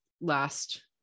last